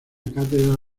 cátedra